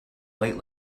late